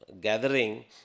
gathering